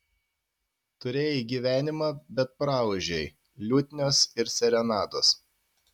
turėjai gyvenimą bet praūžei liutnios ir serenados